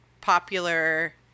popular